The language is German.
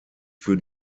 für